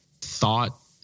thought